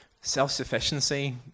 Self-sufficiency